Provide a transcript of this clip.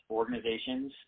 organizations